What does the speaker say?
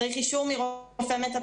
צריך אישור מרופא מטפל